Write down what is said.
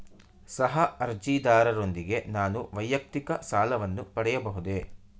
ಸಹ ಅರ್ಜಿದಾರರೊಂದಿಗೆ ನಾನು ವೈಯಕ್ತಿಕ ಸಾಲವನ್ನು ಪಡೆಯಬಹುದೇ?